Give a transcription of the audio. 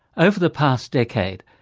over the past decade,